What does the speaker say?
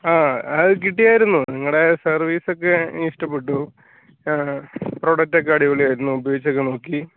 ആ അത് കിട്ടിയായിരുന്നു നിങ്ങളുടെ സർവീസൊക്കെ എനിക്ക് ഇഷ്ടപ്പെട്ടു പ്രോഡക്് ഒക്കെ അടിപൊളി ആയിരുന്നു ഉപേയാഗിച്ചൊക്കെ നോക്കി